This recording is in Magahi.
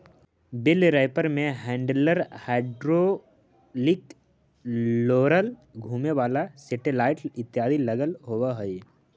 बेल रैपर में हैण्डलर, हाइड्रोलिक रोलर, घुमें वाला सेटेलाइट इत्यादि लगल होवऽ हई